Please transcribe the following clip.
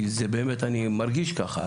כי זה באמת אני מרגיש כך,